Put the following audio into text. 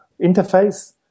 interface